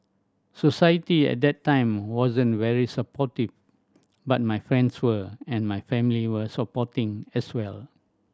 society at that time wasn't very supportive but my friends were and my family were supporting as well